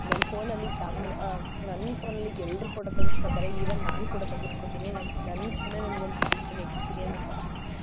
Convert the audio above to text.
ನನ್ನ ಫೋನಲ್ಲಿ ಕ್ಯಾಮ್ರ ನನ್ನ ಫೋನಲ್ಲಿ ಎಲ್ರೂ ಫೋಟೋ ತಗೆಸ್ಕೋತಾರೆ ಈವನ್ ನಾನೂ ಕೂಡ ತಗೆಸ್ಕೋತೀನಿ ನಮ್ಮ ನನ್ನ ಫೋನೇ ನನಗೆ ಒಂದು ಪೋಸಿಟಿವ್ ಎಕ್ಸ್ಪೀರಿಯೆನ್ಸ್ ಥರ